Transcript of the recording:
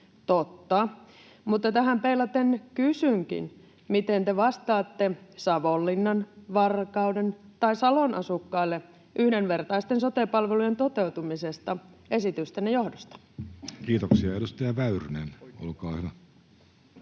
Totta, mutta tähän peilaten kysynkin: miten te vastaatte Savonlinnan, Varkauden tai Salon asukkaille yhdenvertaisten sote-palvelujen toteutumisesta esitystenne johdosta? Kiitoksia. — Edustaja Väyrynen, olkaa hyvä.